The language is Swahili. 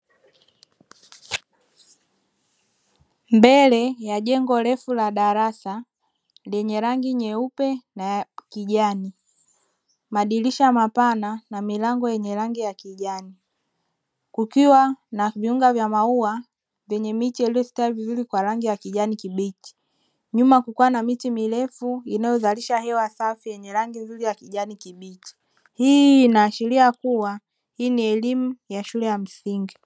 Mbele ya jengo refu la darasa lenye rangi nyeupa na kijani madirisha mapana na milango yenye rangi ya kijani kukiwa na viunga vya maua vyenye miche iliyostawi vizuri kwa rangi ya kijani kibichi nyuma kukiwa na miti mirefu inayozalisha hewa safi yenye rangi nzuri ya kijani kibichi, hii ina ashiria kuwa hii ni elimu ya shule ya msingi.